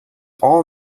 all